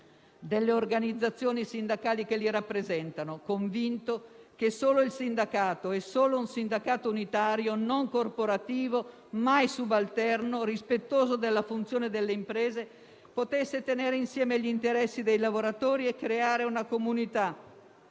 delle organizzazioni sindacali che li rappresentano, convinto che solo il sindacato e solo un sindacato unitario, non corporativo, mai subalterno e rispettoso della funzione delle imprese, potesse tenere insieme gli interessi dei lavoratori e creare una comunità